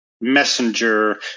messenger